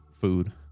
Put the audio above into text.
food